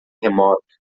remoto